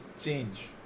change